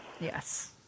Yes